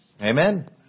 Amen